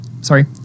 Sorry